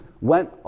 went